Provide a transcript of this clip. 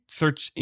search